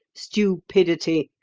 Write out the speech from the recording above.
stupidity,